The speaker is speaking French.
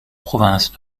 provinces